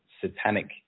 satanic